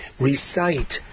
recite